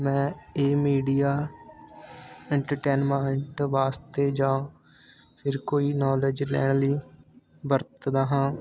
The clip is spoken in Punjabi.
ਮੈਂ ਇਹ ਮੀਡੀਆ ਇੰਟਰਟੈਨਮੈਂਟ ਵਾਸਤੇ ਜਾਂ ਫਿਰ ਕੋਈ ਨੋਲੇਜ ਲੈਣ ਲਈ ਵਰਤਦਾ ਹਾਂ